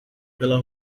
pela